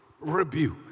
rebuke